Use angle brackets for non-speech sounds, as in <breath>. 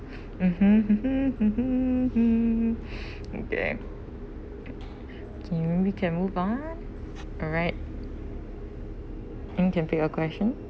mmhmm hmm hmm hmm <breath> okay do you think we can move on alright you can pick your question